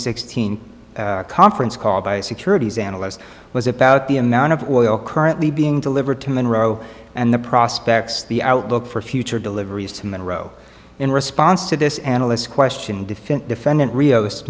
sixteen conference call by securities analysts was about the amount of oil currently being delivered to monroe and the prospects the outlook for future deliveries to monroe in response to this analysts question defense defendant rios